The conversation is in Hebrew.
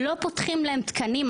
לא פותחים להם תקנים,